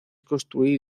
construir